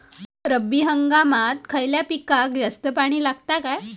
रब्बी हंगामात खयल्या पिकाक जास्त पाणी लागता काय?